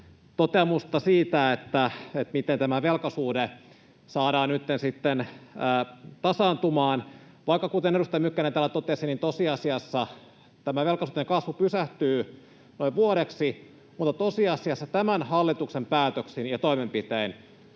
toteamusta, miten tämä velkasuhde saadaan nytten sitten tasaantumaan, vaikka, kuten edustaja Mykkänen täällä totesi, tosiasiassa velkasuhteen kasvu pysähtyy noin vuodeksi mutta tosiasiassa tämän hallituksen päätöksin ja toimenpitein